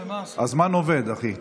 הזמן עובד, אחי.